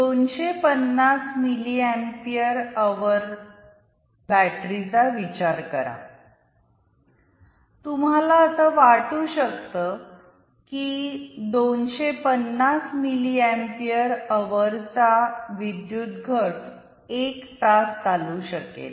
२५० milliampere hour बॅटरीचा विचार करातुम्हाला असं वाटू शकतं की २५० मिलीअँपीयर अवरचा विद्युत घट एक तास चालू शकेल